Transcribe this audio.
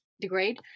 degrade